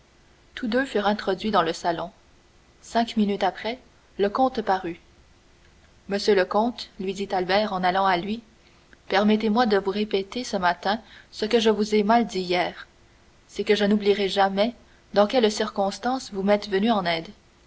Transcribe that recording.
tous deux furent introduits dans le salon cinq minutes après le comte parut monsieur le comte lui dit albert en allant à lui permettez-moi de vous répéter ce matin ce que je vous ai mal dit hier c'est que je n'oublierai jamais dans quelle circonstance vous m'êtes venu en aide